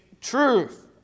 truth